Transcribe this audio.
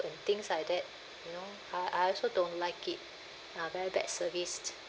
and things like that you know I I also don't like it uh very bad service